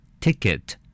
Ticket